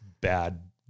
bad